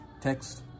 Text